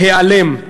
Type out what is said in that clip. להיעלם.